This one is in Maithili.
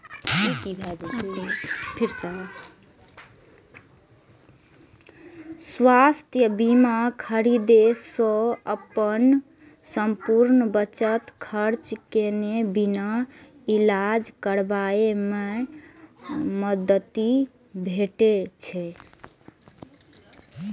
स्वास्थ्य बीमा खरीदै सं अपन संपूर्ण बचत खर्च केने बिना इलाज कराबै मे मदति भेटै छै